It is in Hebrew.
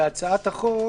בהצעת החוק: